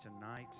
tonight